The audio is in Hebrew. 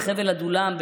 בחבל עדולם,